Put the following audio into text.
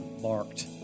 marked